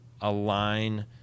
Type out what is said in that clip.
align